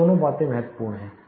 ये दोनों बातें महत्वपूर्ण हैं